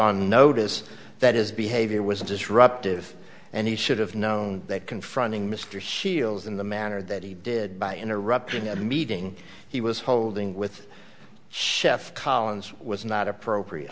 on notice that his behavior was disruptive and he should have known that confronting mr shields in the manner that he did by interrupting a meeting he was holding with chef collins was not appropriate